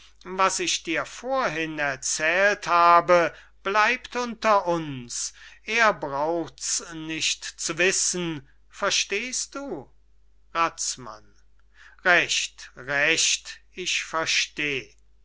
was ich dir vorhin erzählt habe bleibt unter uns er brauchts nicht zu wissen verstehst du razmann recht recht ich versteh